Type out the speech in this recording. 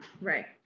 right